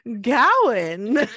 Gowan